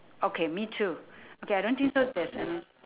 okay me too okay I don't think so there's any